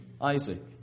Isaac